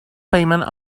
payment